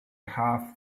half